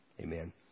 Amen